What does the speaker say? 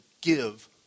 give